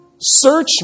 Search